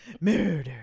murder